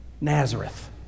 Nazareth